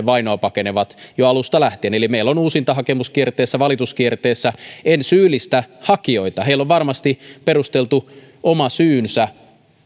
vainoa pakenevat jo alusta lähtien meillä on henkilöitä uusintahakemuskierteessä valituskierteessä en syyllistä hakijoita heillä on varmasti perusteltu oma syynsä